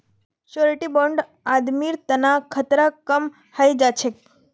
surety bond आदमीर तना खतरा कम हई जा छेक